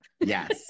Yes